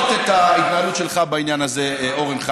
מי אמר שאתה הולך להיות הדובר שלו?